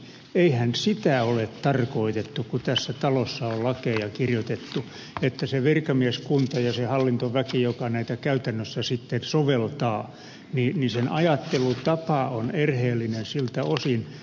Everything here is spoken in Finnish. eihän sitä ole tarkoitettu kun tässä talossa on lakeja kirjoitettu eli sen virkamieskunnan ja sen hallintoväen joka näitä lakeja käytännössä sitten soveltaa ajattelutapa on erheellinen siltä osin